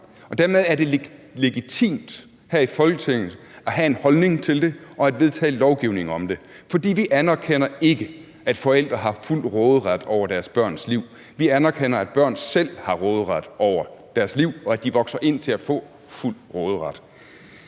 Dermed er det legitimt her i Folketinget at have en holdning til det og at vedtage lovgivning om det, for vi anerkender ikke, at forældre har fuld råderet over deres børns liv. Vi anerkender, at børn selv har råderet over deres liv, og at de vokser op til at få fuld råderet.